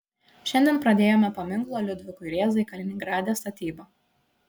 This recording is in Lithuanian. šiandien pradėjome paminklo liudvikui rėzai kaliningrade statybą